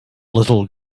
little